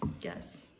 yes